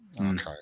Okay